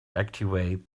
activate